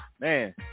man